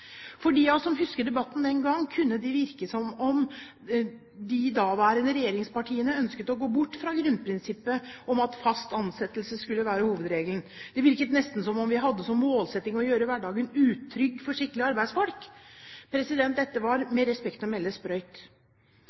som husker debatten den gang, kunne det virke som om de daværende regjeringspartiene ønsket å gå bort fra grunnprinsippet om at fast ansettelse skulle være hovedregelen. Det virket nesten som om vi hadde som målsetting å gjøre hverdagen utrygg for skikkelige arbeidsfolk. Dette var med respekt å melde sprøyt!